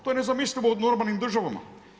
To je nezamislivo u normalnim državama.